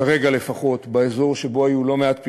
כרגע לפחות, באזור שבו היו לא מעט פיגועים,